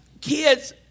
kids